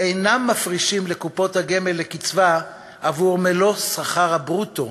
אינם מפרישים לקופות הגמל לקצבה עבור מלוא שכר הברוטו